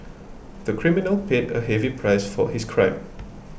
the criminal paid a heavy price for his crime